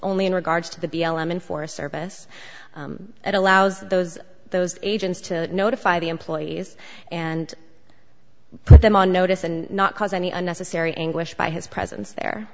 only in regards to the b l m and forest service that allows those those agents to notify the employees and put them on notice and not cause any unnecessary anguish by his presence there